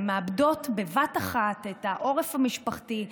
הן מאבדות בבת אחת את העורף המשפחתי,